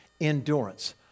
endurance